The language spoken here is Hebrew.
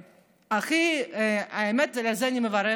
והכי, האמת, על זה אני מברכת: